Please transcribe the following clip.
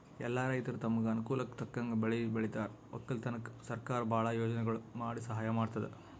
ಎಲ್ಲಾ ರೈತರ್ ತಮ್ಗ್ ಅನುಕೂಲಕ್ಕ್ ತಕ್ಕಂಗ್ ಬೆಳಿ ಬೆಳಿತಾರ್ ವಕ್ಕಲತನ್ಕ್ ಸರಕಾರ್ ಭಾಳ್ ಯೋಜನೆಗೊಳ್ ಮಾಡಿ ಸಹಾಯ್ ಮಾಡ್ತದ್